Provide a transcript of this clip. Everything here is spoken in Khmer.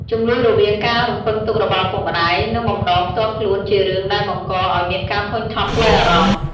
ជម្លោះរវាងការរំពឹងទុករបស់ឪពុកម្ដាយ និងបំណងផ្ទាល់ខ្លួនជារឿងដែលបង្កឱ្យមានការធុញថប់ផ្លូវអារម្មណ៍។